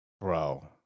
Bro